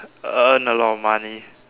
earn a lot of money